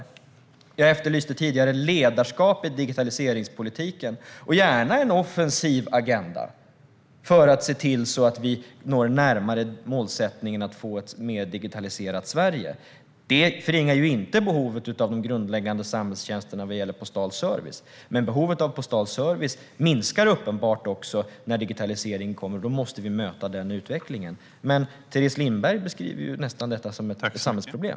Tidigare efterlyste jag ledarskap i digitaliseringspolitiken och gärna en offensiv agenda för att nå målsättningen att få ett mer digitaliserat Sverige. Det förringar inte behovet att de grundläggande samhällstjänsterna vad gäller postal service. Uppenbart minskar dock behovet av postal service när digitaliseringen kommer, och då måste vi möta denna utveckling. Men Teres Lindberg beskriver nästan detta som ett samhällsproblem.